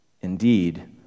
Indeed